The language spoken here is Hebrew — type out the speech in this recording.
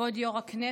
יו"ר הישיבה,